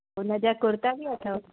ऊन जा कुर्ता बि अथव